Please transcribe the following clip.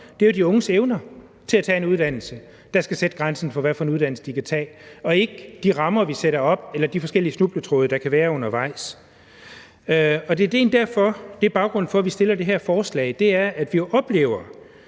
om, jo de unges evner til tage en uddannelse. Det er det, der skal sætte grænsen for, hvad for en uddannelse de kan tage, og ikke de rammer, vi sætter op, eller de forskellige snubletråde, der kan være undervejs. Det er egentlig baggrunden for, at vi stiller det her forslag. Vi oplever,